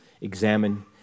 examine